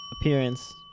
appearance